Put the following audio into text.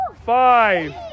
Five